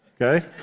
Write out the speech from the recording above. okay